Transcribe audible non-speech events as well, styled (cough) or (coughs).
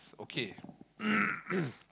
okay (coughs)